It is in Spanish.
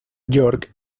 york